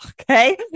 okay